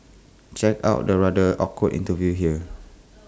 check out the rather awkward interview here